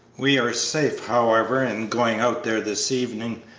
we are safe, however, in going out there this evening,